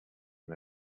and